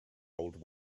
old